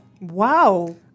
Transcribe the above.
Wow